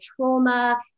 trauma